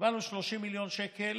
קיבלנו 30 מיליון שקל,